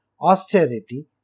austerity